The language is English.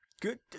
Good